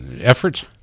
efforts